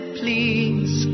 please